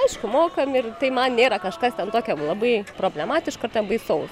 aišku mokam ir tai man nėra kažkas ten tokio labai problematiško ar ten baisaus